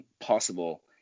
possible